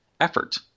effort